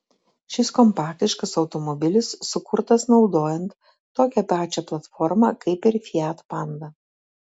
šis kompaktiškas automobilis sukurtas naudojant tokią pačią platformą kaip ir fiat panda